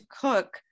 cook